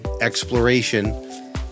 exploration